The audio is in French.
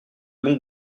bon